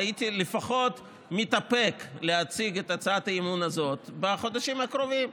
הייתי לפחות מתאפק להציג את הצעת האי-אמון הזאת בחודשים הקרובים.